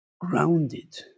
grounded